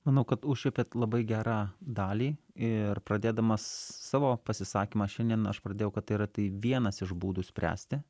manau kad užčiuopėt labai gerą dalį ir pradėdamas savo pasisakymą šiandien aš pradėjau kad tai yra tai vienas iš būdų spręsti